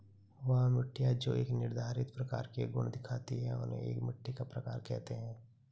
वह मिट्टियाँ जो एक निर्धारित प्रकार के गुण दिखाती है उन्हें एक मिट्टी का प्रकार कहते हैं